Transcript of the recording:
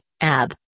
AB